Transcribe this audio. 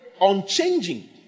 Unchanging